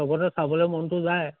লগতে চাবলৈ মনতো যায়